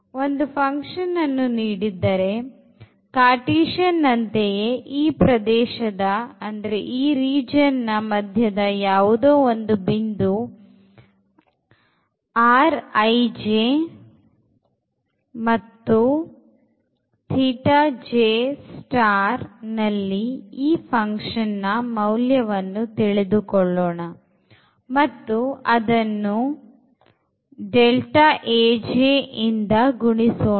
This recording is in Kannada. ಒಂದು functionಅನ್ನು ನೀಡಿದ್ದರೆ cartesianನಂತೆಯೇ ಈ ಪ್ರದೇಶದ ಮಧ್ಯದ ಯಾವುದೋ ಒಂದು ಬಿಂದು ಮತ್ತು ನಲ್ಲಿ ಈ functionನ ಮೌಲ್ಯವನ್ನು ತಿಳಿದುಕೊಳ್ಳೋಣ ಮತ್ತು ಅದನ್ನು ಇಂದ ಗುಣಿಸೋಣ